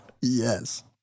Yes